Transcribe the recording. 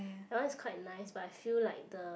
that one is quite nice but I feel like the